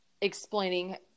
explaining